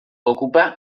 ocupa